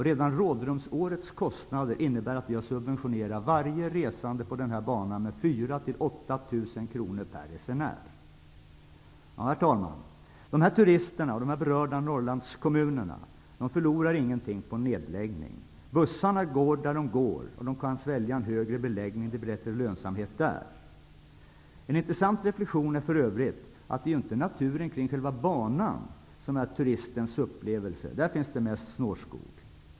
Redan rådrumsårets kostnader innebär att vi har subventionerat varje resande på den här banan med 4 000--8 0000 kr. Herr talman! De här turisterna och de berörda Norrlandskommunerna förlorar ingenting på en nedläggning. Bussarna går där de går, och de kan svälja en högre beläggning. Det bli bättre lönsamhet där. En intressant reflektion är för övrigt att det inte är naturen kring banan som är turistens upplevelse. Där finns det mest snårskog.